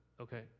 okay